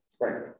Right